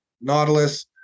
Nautilus